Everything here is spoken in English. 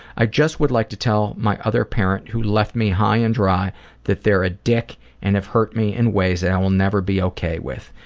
i just would like to tell my other parent who left me high and dry that they are a dick and have hurt me in ways that i'll never be ok with.